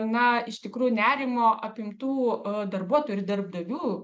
na iš tikrųjų nerimo apimtų e darbuotojų ir darbdavių